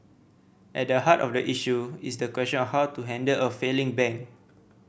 at the heart of the issue is the question of how to handle a failing bank